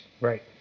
Right